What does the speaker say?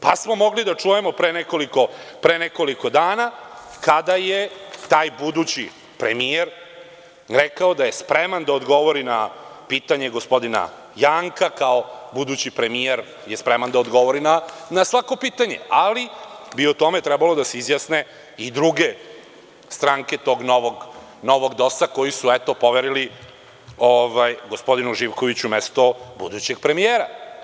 Pa, smo mogli da čujemo pre nekoliko dana, kada je taj budući premijer, rekao da je spreman da odgovori na pitanje gospodina Janka, kao budući premijer je spreman da odgovori na svako pitanje, ali bi o tome trebalo da se izjasne i druge stranke tog novog DOS-a koji su eto poverili gospodinu Živkoviću, mesto budućeg premijera.